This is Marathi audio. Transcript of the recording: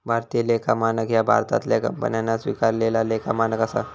भारतीय लेखा मानक ह्या भारतातल्या कंपन्यांन स्वीकारलेला लेखा मानक असा